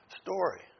story